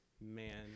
man